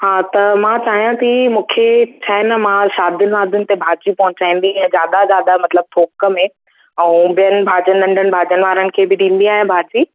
हा त मां चाहियां थी मूंखे छाहे न मां शादियुनि वादियुनि ते भाॼियूं पहुचाईंदी ऐं ज्यादा ज्यादा मतलबु थोक में ऐं ॿियनि भाॼियुनि नंढनि भाॼियुनि वारनि खे बि ॾींदी आहियां भाॼी